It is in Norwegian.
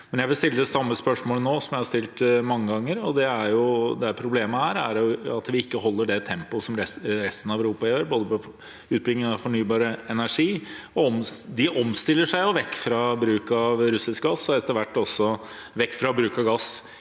Jeg vil stille det samme spørsmålet som jeg har stilt mange ganger. Problemet er at vi ikke holder det tempoet resten av Europa har på utbygging av fornybar energi. De omstiller seg vekk fra bruk av russisk gass og etter hvert også vekk fra bruk av gass